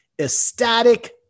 ecstatic